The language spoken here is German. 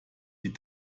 die